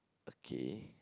okay